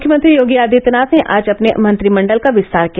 मुख्यमंत्री योगी आदित्यनाथ ने आज अपने मंत्रिमण्डल का विस्तार किया